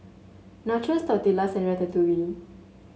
Nachos Tortillas and Ratatouille